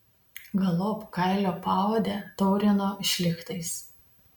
galop kailio paodę taurino šlichtais